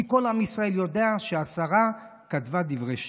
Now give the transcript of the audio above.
כי כל עם ישראל יודע שהשרה כתבה דברי שקר.